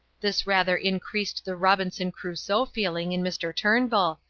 this rather increased the robinson crusoe feeling in mr. turnbull,